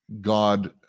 God